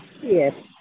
Yes